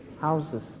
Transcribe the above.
houses